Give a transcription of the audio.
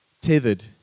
tethered